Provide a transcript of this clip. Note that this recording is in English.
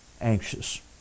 Anxious